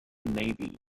navy